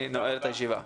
אני נועל את הישיבה.